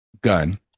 gun